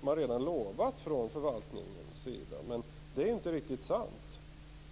man redan har lovat detta från förvaltningens sida. Det är inte sant.